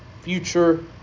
future